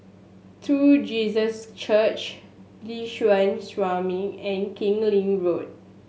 True Jesus Church Liuxun Sanhemiao and Keng Lee Road